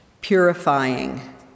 purifying